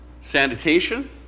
sanitation